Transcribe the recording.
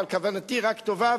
אבל כוונתי רק טובה,